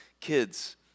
kids